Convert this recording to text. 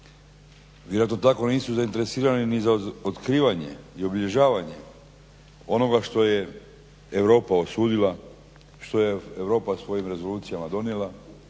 Vjerojatno tako nisu zainteresirani ni za otkrivanje i obilježavanje onoga što je Europa osvojila, što je Europa svojim rezolucijama donijela,